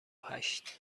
هشت